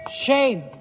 Shame